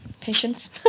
Patience